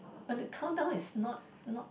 but the countdown is not not